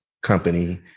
company